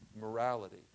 Morality